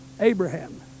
Abraham